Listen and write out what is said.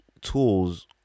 tools